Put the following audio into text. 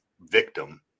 victim